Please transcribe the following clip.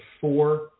four